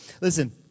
Listen